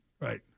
Right